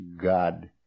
God